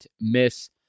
miss